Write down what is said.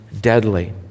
deadly